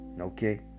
okay